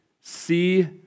see